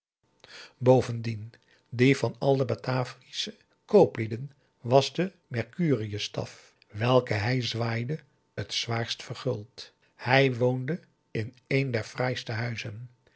boven die van al de bataviasche kooplieden was de merp a daum de van der lindens c s onder ps maurits curius staf welken hij zwaaide het zwaarst verguld hij woonde in een der fraaiste huizen